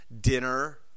dinner